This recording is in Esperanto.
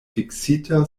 fiksita